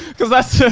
cause that's, so